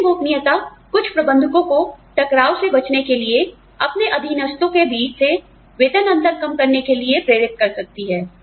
वेतन गोपनीयता कुछ प्रबंधकों को टकराव से बचने के लिए अपने अधीनस्थों के बीच से वेतन अंतर कम करने के लिए प्रेरित कर सकती है